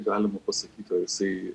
galima pasakyt ar jisai